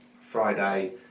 Friday